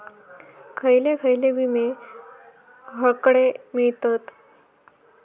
खयले खयले विमे हकडे मिळतीत?